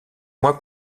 mois